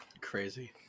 Crazy